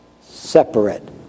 separate